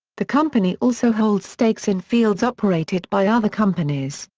the company also holds stakes in fields operated by other companies,